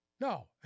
No